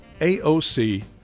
AOC